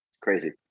Crazy